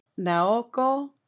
Naoko